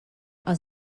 els